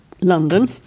London